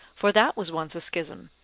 for that was once a schism,